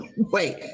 Wait